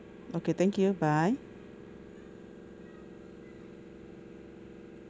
okay thank you bye